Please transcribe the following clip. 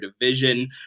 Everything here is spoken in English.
division